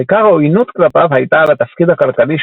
אך עיקר העוינות כלפיו הייתה על התפקיד הכלכלי